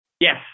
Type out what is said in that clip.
Yes